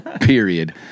Period